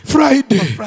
Friday